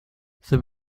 there